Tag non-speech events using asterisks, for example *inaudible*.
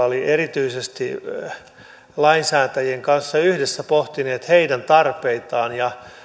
*unintelligible* oli lainsäätäjien kanssa yhdessä pohdittu erityisesti heidän tarpeitaan ja